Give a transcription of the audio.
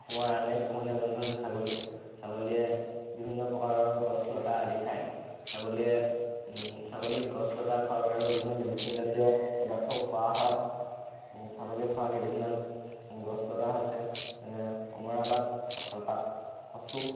অসমৰ আন এক পোহনীয়া জন্তু হৈছে ছাগলী ছাগলীয়ে বিভিন্ন প্ৰকাৰৰ গছ লতা আদি খায় ছাগলীয়ে ছাগলীক গছ লতা খোৱাৰ বাহিৰেও বিভিন্ন মেডিচিন জাতীয় পদাৰ্থও খোৱা হয় ছাগলীয়ে খোৱা কেইবিধমান গছলতা হৈছে অমৰা পাত কঁঠাল পাত কচু